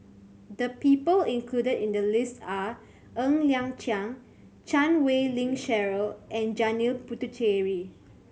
the people included in the list are Ng Liang Chiang Chan Wei Ling Cheryl and Janil Puthucheary